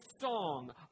song